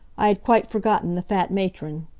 i had quite forgotten the fat matron.